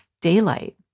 daylight